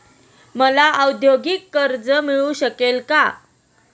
मला औद्योगिक कर्ज मिळू शकेल का?